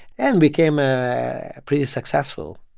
and became ah pretty successful.